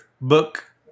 book